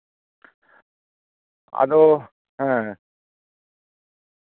ᱟᱫᱚ ᱦᱮᱸ